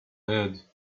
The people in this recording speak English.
head